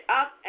up